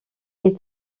est